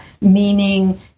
meaning